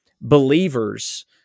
believers